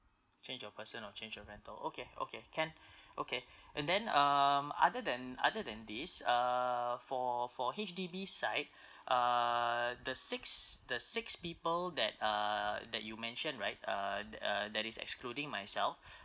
change of person or change of rental okay okay can okay and then um other than other than this uh for for H_D_B side uh the six the six people that ah that you mentioned right uh that uh that is excluding myself